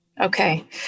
Okay